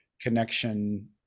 connection